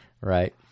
right